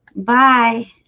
bye